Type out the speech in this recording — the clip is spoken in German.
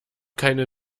keine